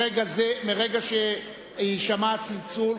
מהרגע שיישמע הצלצול,